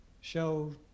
show